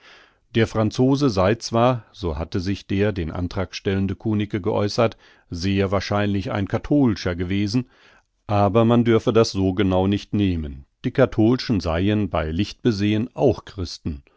der franzose sei zwar so hatte sich der den antrag stellende kunicke geäußert sehr wahrscheinlich ein katholscher gewesen aber man dürfe das so genau nicht nehmen die katholschen seien bei licht besehen auch christen